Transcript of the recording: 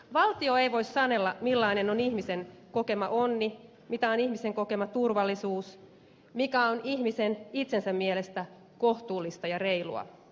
valtio ei voi sanella millainen on ihmisen kokema onni mitä on ihmisen kokema turvallisuus mikä on ihmisen itsensä mielestä kohtuullista ja reilua